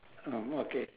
oh okay